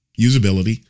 usability